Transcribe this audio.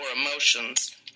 emotions